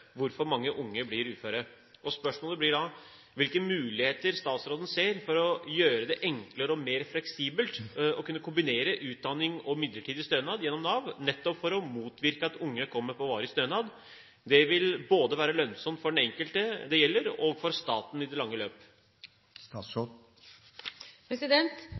hvorfor mange unge blir uføre. Spørsmålet blir da hvilke muligheter statsråden ser for å gjøre det enklere og mer fleksibelt å kunne kombinere utdanning og midlertidig stønad gjennom Nav, nettopp for å motvirke at unge kommer på varig stønad. Det vil være lønnsomt både for den enkelte det gjelder, og for staten i det lange